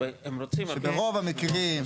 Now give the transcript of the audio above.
שברוב המקרים,